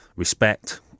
respect